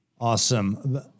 Awesome